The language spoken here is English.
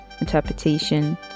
interpretation